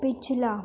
پچھلا